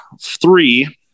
three